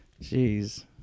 Jeez